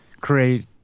create